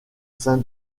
sein